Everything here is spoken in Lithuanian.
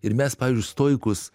ir mes pavyzdžiui stoikus